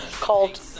called